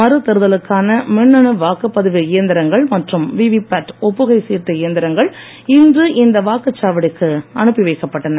மறுதேர்தலுக்கான மின்னணு வாக்குப்பதிவு இயந்திரங்கள் மற்றும் விவி பேட் ஒப்புகை சீட்டு இயந்திரங்கள் இன்று இந்த வாக்குச்சாவடிக்கு அனுப்பி வைக்கப்பட்டன